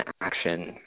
action